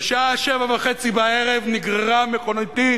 בשעה 19:30 נגררה מכוניתי,